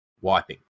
wiping